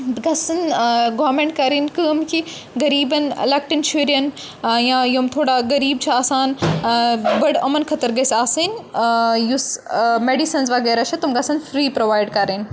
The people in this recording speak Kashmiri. گَژھن گورمیٚنٛٹ کَرٕنۍ کٲم کہِ غریٖبَن لَکٹیٚن شُریٚن یا یِم تھوڑا غریٖب چھِ آسان بٔڑ یِمَن خٲطرٕ گٔژھ آسٕنۍ یُس میڈِسَنٕز وَغیرہ چھِ تم گژھن فری پرو وایڈ کَرٕنۍ